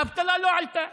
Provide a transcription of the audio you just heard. האבטלה לא עלתה